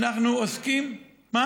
אנחנו עוסקים, לא